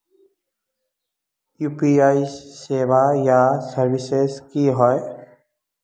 UPI सेवाएँ या services की होय?